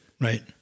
Right